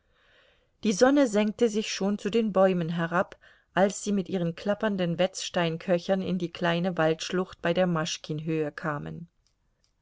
die sonne senkte sich schon zu den bäumen herab als sie mit ihren klappernden wetzsteinköchern in die kleine waldschlucht bei der maschkin höhe kamen